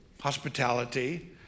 hospitality